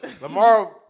Lamar